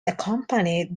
accompanied